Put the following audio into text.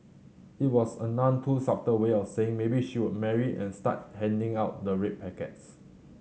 it was a none too subtle way of saying maybe she would marry and start handing out the red packets